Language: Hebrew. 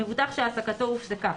מבוטח שהעסקתו הופסקה